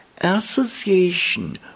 association